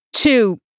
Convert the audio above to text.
Two